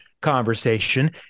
conversation